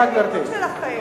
תודה, גברתי.